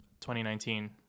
2019